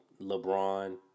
LeBron